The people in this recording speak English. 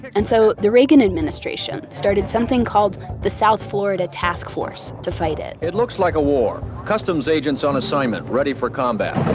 and so the reagan administration started something called the south florida task force to fight it it looks like a war. customs agents on assignment, ready for combat.